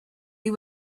you